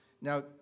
Now